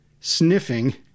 sniffing